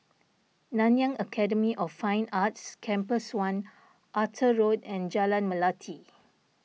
Nanyang Academy of Fine Arts Campus one Arthur Road and Jalan Melati